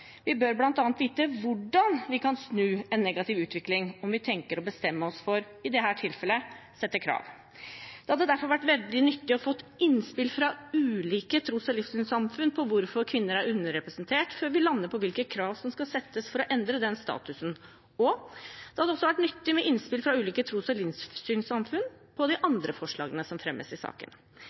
Vi bør bl.a. vite hvordan vi kan snu en negativ utvikling om vi tenker å bestemme oss for – i dette tilfellet – å sette krav. Det hadde derfor vært veldig nyttig med innspill fra ulike tros- og livssynssamfunn om hvorfor kvinner er underrepresentert, før vi lander på hvilke krav som skal settes for å endre den statusen. Det hadde også vært nyttig med innspill fra ulike tros- og livssynssamfunn på de andre forslagene som fremmes i saken.